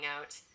out